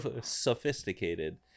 Sophisticated